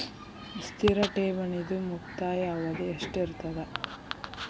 ಸ್ಥಿರ ಠೇವಣಿದು ಮುಕ್ತಾಯ ಅವಧಿ ಎಷ್ಟಿರತದ?